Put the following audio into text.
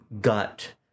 gut